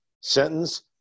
sentence